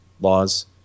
laws